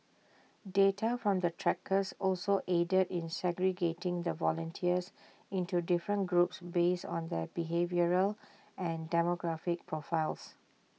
data from the trackers also aided in segregating the volunteers into different groups based on their behavioural and demographic profiles